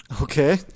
okay